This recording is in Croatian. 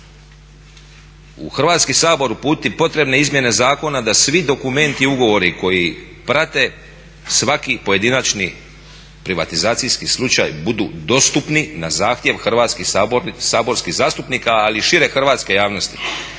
u Hrvatski sabor uputiti potrebne izmjene zakona da svi dokumenti, ugovori koji prate svaki pojedinačni privatizacijski slučaj budu dostupni na zahtjev hrvatskih saborskih zastupnika, ali i šire hrvatske javnosti.